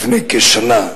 לפני כשנה,